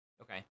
Okay